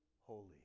holy